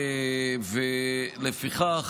ולפיכך,